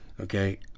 okay